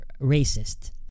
racist